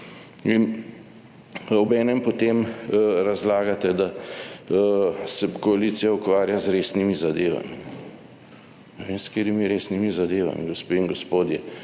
In ob enem potem razlagate, da se koalicija ukvarja z resnimi zadevami. Ne vem s katerimi resnimi zadevami, gospe in gospodje,